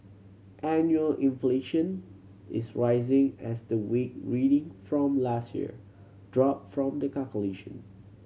annual inflation is rising as the weak reading from last year drop from the calculation